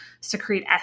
secrete